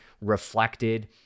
reflected